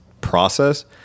process